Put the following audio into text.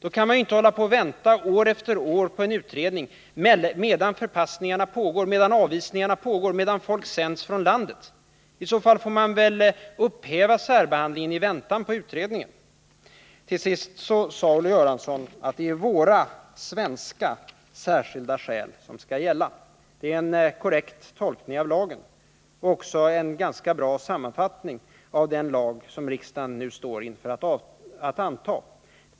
Då kan man inte vänta år efter år på en utredning, medan förpassningar och avvisningar pågår och människor sänds från landet. I så fall får man väl upphäva särbehandlingen i väntan på utredningen. Olle Göransson sade att det är våra svenska särskilda skäl som skall gälla. Det är en korrekt tolkning av lagen och en ganska bra sammanfattning av den lag som riksdagen nu står inför att anta.